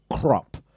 crop